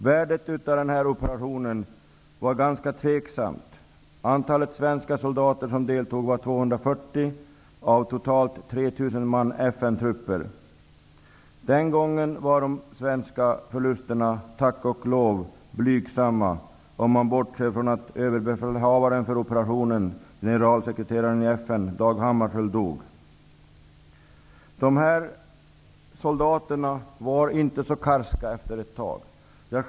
Värdet av den här operationen var ganska tveksamt. 240 svenska soldater deltog, av totalt 3 000 man i FN-trupper. Den gången var de svenska förlusterna tack och lov blygsamma, om man bortser från att överbefälhavaren för operationen, generalsekreteraren i FN Dag Hammarskjöld, dog. Efter ett tag var de här soldaterna inte så karska.